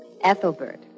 Ethelbert